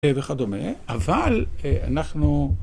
וכדומה, אבל אנחנו...